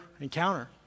encounter